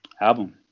Album